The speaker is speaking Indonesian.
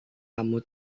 kamu